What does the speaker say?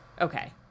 Okay